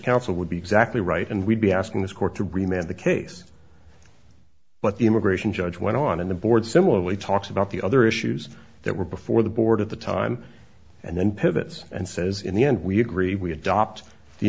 counsel would be exactly right and we'd be asking this court to remain the case but the immigration judge went on in the board similarly talks about the other issues that were before the board at the time and then pivots and says in the end we agree we adopt the